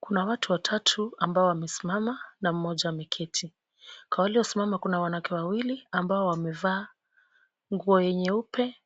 Kuna watu watatu ambao wamesimama na mmoja ameketi. Kwa waliosimama kuna wanawake wawili ambao wamevaa nguo nyeupe